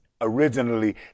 originally